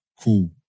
cool